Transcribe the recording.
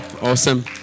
Awesome